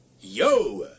Yo